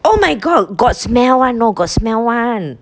oh my god got smell one know got smell one